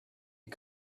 you